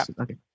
Okay